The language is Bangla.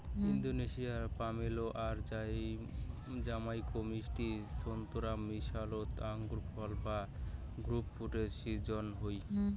ইন্দোনেশিয়ার পমেলো আর জামাইকার মিষ্টি সোন্তোরার মিশোলোত আঙুরফল বা গ্রেপফ্রুটের শিজ্জন হই